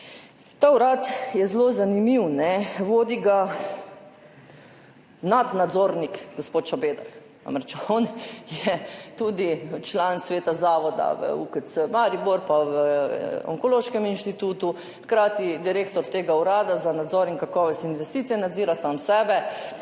ta urad je zelo zanimiv. Vodi ga nadnadzornik gospod Šabeder. Namreč, on je tudi član sveta zavoda v UKC Maribor pa na Onkološkem inštitutu, hkrati direktor Urada za nadzor, kakovost in investicije v zdravstvu, nadzira sam sebe.